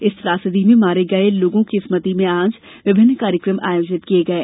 इस त्रासदी में मारे गए लोगों की स्मृति में आज विभिन्न कार्यक्रम आयोजित किये गये